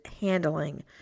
handling